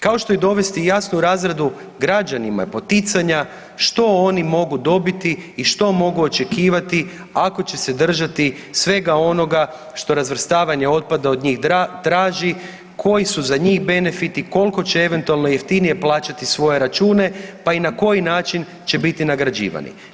Kao što je i dovesti jasnu razradu građanima i poticanja što oni mogu dobiti i što mogu očekivati ako će se držati svega onoga što razvrstavanje otpada od njih traži, koji su za njih benefiti, koliko će eventualno jeftinije plaćati svoje račune, pa i na koji način će biti nagrađivani.